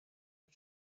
and